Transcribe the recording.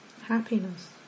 Happiness